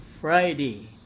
Friday